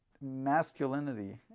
masculinity